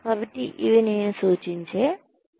కాబట్టి ఇవి నేను సూచించే మూలాలు